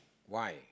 why